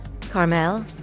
CARMEL